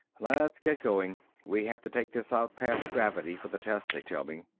let's get going. we have to take this out past gravity for the test they tell me.